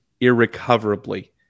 irrecoverably